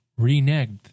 reneged